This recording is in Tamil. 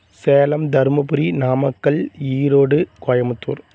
சேலம் தருமபுரி நாமக்கல் ஈரோடு கோயமுத்தூர்